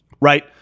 Right